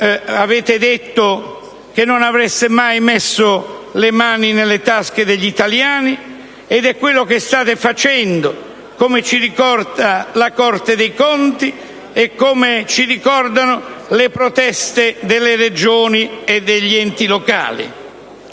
avete detto che non avreste mai messo le mani nelle tasche degli italiani, ma è quello che state facendo, come ci ricorda la Corte dei conti e come ci ricordano le proteste delle Regioni e degli enti locali.